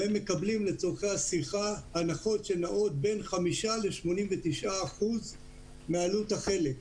והם מקבלים לצורכי --- הנחות שנעות בין 5% ל-89% מעלות החלק,